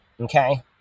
okay